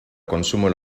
consumo